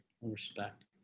Respect